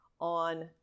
on